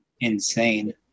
insane